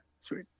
sweet